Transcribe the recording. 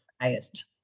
highest